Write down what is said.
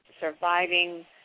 surviving